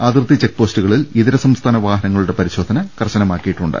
അതിർത്തി ചെക്പോസ്റ്റുകളിൽ ഇതർ സംസ്ഥാന വാഹനങ്ങളുടെ പരിശോധന കർശനമാക്കിയിട്ടുണ്ട്